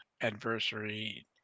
adversary